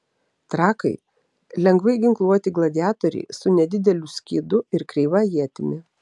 trakai lengvai ginkluoti gladiatoriai su nedideliu skydu ir kreiva ietimi